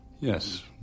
Yes